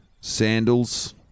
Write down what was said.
sandals